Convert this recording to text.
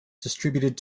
distributed